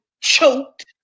choked